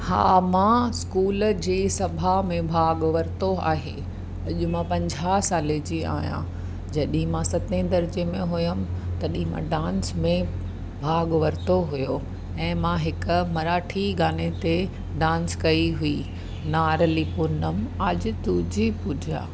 हा मां स्कूल जी सभा में भाग वरितो आहे अॼु मां पंजाह साले जी आहियां जॾहिं मां सतें दरिजे में हुयमि तॾहिं मां डांस में भाॻ वरितो हुयो ऐं मां हिकु मराठी गाने ते डांस कई हुइ नारली पूनम आज तुजी पूजा